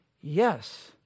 Yes